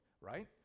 right